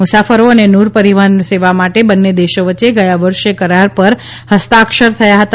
મુસાફરો અને નૂર પરિવહન સેવા માટે બંને દેશો વચ્ચે ગયા વર્ષે કરાર પર હસ્તાક્ષર થયા હતા